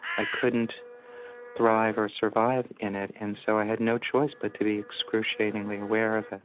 i couldn't thrive or survive in it, and so i had no choice but to be excruciatingly aware of it